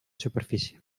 superfície